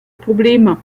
probleme